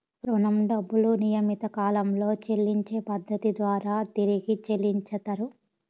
రుణం డబ్బులు నియమిత కాలంలో చెల్లించే పద్ధతి ద్వారా తిరిగి చెల్లించుతరు